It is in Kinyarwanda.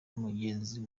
mugenzi